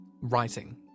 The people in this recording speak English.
writing